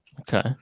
Okay